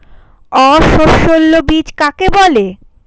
অসস্যল বীজ কাকে বলে?